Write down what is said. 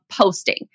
posting